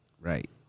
Right